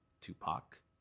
Tupac